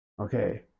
Okay